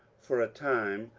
for a time,